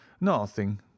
Nothing